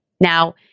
Now